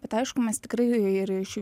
bet aišku mes tikrai ir iš